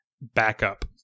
backup